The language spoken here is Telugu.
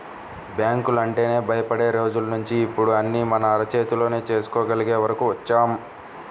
బ్యాంకులంటేనే భయపడే రోజుల్నించి ఇప్పుడు అన్నీ మన అరచేతిలోనే చేసుకోగలిగే వరకు వచ్చాం